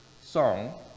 song